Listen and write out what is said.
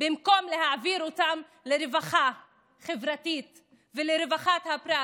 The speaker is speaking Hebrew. במקום להעביר אותם לרווחה חברתית ולרווחת הפרט